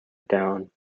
down